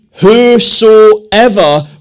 whosoever